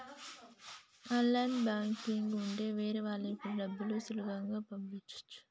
online banking ఉంటె వేరే వాళ్ళకి కూడా డబ్బులు సులువుగా పంపచ్చు